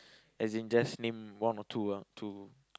as in just name one or two ah two